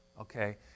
okay